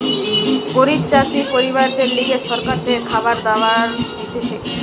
গরিব চাষি পরিবারদের লিগে সরকার থেকে খাবার দাবার দিতেছে